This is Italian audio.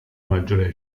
maggiore